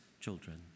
children